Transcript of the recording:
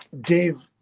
Dave